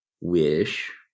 wish